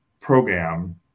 program